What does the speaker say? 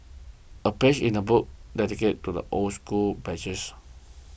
a page in the book dedicated to the old school badges